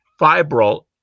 fibril